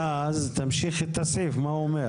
ואז - תמשיכי את הסעיף, מה הוא אומר?